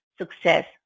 success